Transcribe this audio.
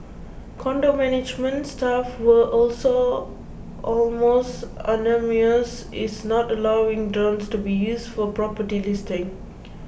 condo management staff were also almost unanimous is not allowing drones to be used for property listings